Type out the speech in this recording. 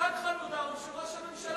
המושג "חלודה" הוא של ראש הממשלה,